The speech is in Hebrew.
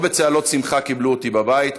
לא בצהלות שמחה קיבלו אותי בבית,